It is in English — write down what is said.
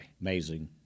Amazing